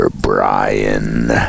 Brian